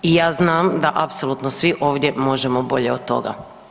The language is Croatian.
I ja znam da apsolutno svi ovdje možemo bolje od toga.